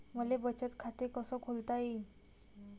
मले बचत खाते कसं खोलता येईन?